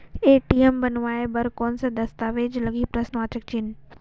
ATM बनवाय बर कौन का दस्तावेज लगही?